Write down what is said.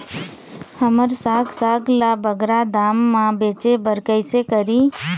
हमर साग साग ला बगरा दाम मा बेचे बर कइसे करी?